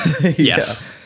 yes